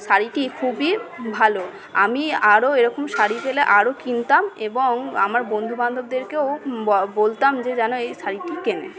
শাড়িটি খুবই ভালো আমি আরও এরকম শাড়ি পেলে আরও কিনতাম এবং আমার বন্ধু বান্ধবদেরকেও বলতাম যে যেন এই শাড়িটি কেনে